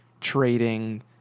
trading